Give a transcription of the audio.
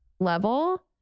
level